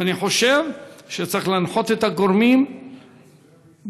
אבל אני חושב שצריך להנחות את הגורמים ביתר